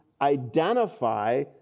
identify